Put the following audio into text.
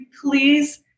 please